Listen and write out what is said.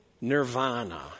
nirvana